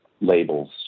labels